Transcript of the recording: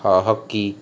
hockey